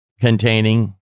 containing